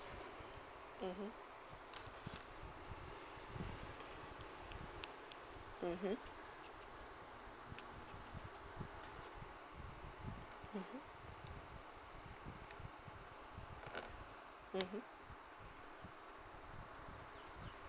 mmhmm mmhmm mm mmhmm